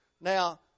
Now